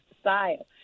style